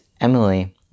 Emily